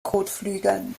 kotflügeln